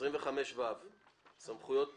סעיף 25ו. סמכויות פיקוח.